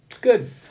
Good